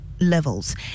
Levels